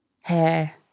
Hair